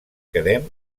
quedem